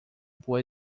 boa